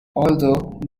although